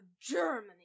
Germany